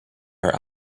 are